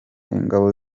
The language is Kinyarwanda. ingabo